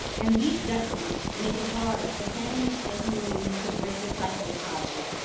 and these detriments make it harder for families and communities to break the cycle of poverty.